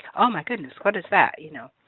oh my goodness! what is that? you know.